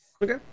Okay